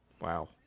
Wow